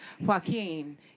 Joaquin